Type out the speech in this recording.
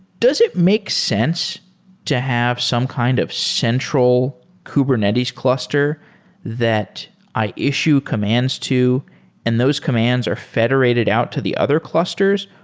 does it make sense to have some kind of central kubernetes cluster that i issue commands to and those commands are federated out to the other clusters,